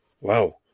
Wow